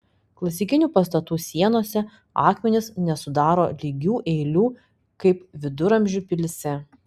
klasikinių pastatų sienose akmenys nesudaro lygių eilių kaip viduramžių pilyse